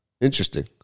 Interesting